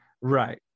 Right